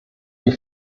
die